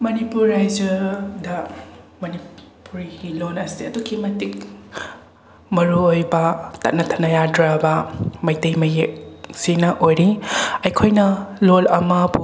ꯃꯅꯤꯄꯨꯔ ꯔꯥꯏꯖ꯭ꯌꯗ ꯃꯅꯤꯄꯨꯔꯤꯒꯤ ꯂꯣꯟ ꯑꯁꯦ ꯑꯗꯨꯛꯀꯤ ꯃꯇꯤꯛ ꯃꯔꯨ ꯑꯣꯏꯕ ꯇꯠꯅ ꯊꯥꯅ ꯌꯥꯗ꯭ꯔꯕ ꯃꯩꯇꯩ ꯃꯌꯦꯛ ꯁꯤꯅ ꯑꯣꯏꯔꯤ ꯑꯩꯈꯣꯏꯅ ꯂꯣꯟ ꯑꯃꯕꯨ